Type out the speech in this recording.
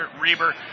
Reber